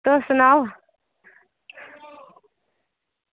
तुस सनाओ